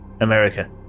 America